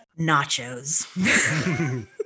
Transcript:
Nachos